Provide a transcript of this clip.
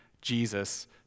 Jesus